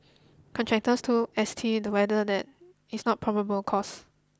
contractors told S T the weather that is not probable cause